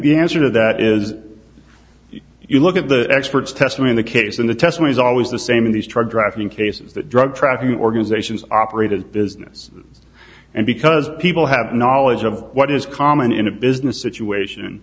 the answer to that is if you look at the experts testify in the case and the testimony is always the same in these truck driving cases that drug trafficking organizations operated business and because people have knowledge of what is common in a business situation